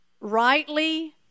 Rightly